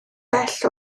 bell